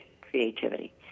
creativity